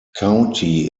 county